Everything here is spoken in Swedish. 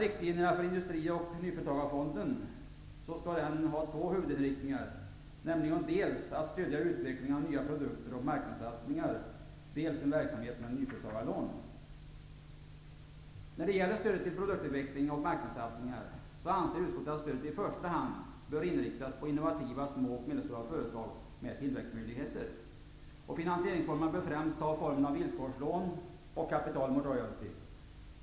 I direktiven för Industri och nyföretagarfonden anges två huvudinriktningar, nämligen dels att stödja utveckling av nya produkter och marknadssatsningar, dels en verksamhet med nyföretagarlån. Utskottet anser att stödet till produktutveckling och marknadssatsningar i första hand bör inriktas på innovativa små och medelstora företag med tillväxtmöjligheter. Finansieringsformerna bör främst ha formen av villkorslån och kapital mot royalty.